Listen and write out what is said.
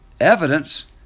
evidence